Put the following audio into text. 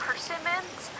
Persimmons